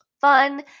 fun